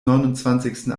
neunundzwanzigten